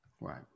right